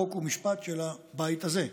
חוק ומשפט של הבית הזה.